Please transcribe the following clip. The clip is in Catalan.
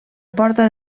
porta